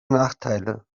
nachteile